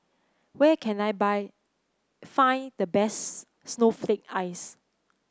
where can I buy find the bests Snowflake Ice